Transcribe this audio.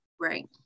Right